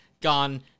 gone